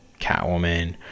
catwoman